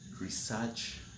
research